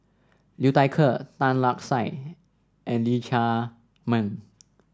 Liu Thai Ker Tan Lark Sye and Lee Chiaw Meng